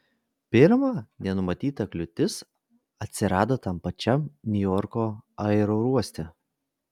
pirma nenumatyta kliūtis atsirado tam pačiam niujorko aerouoste